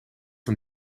van